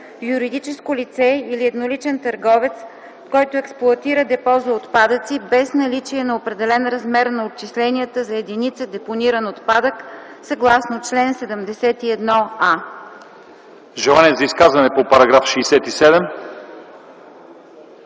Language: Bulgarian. юридическо лице или едноличен търговец, който експлоатира депо за отпадъци без наличие на определен размер на отчисленията за единица депониран отпадък съгласно чл. 71а.” ПРЕДСЕДАТЕЛ ЛЪЧЕЗАР